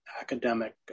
academic